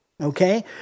Okay